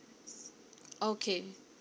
okay